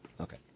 okay